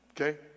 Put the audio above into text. Okay